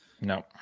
no